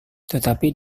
tetapi